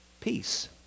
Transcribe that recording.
Peace